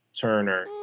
Turner